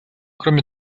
кроме